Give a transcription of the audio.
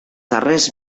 darrers